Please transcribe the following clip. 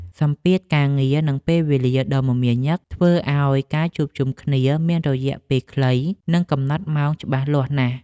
សម្ពាធការងារ និងពេលវេលាដ៏មមាញឹកធ្វើឱ្យការជួបជុំគ្នាមានរយៈពេលខ្លីនិងកំណត់ម៉ោងច្បាស់លាស់ណាស់។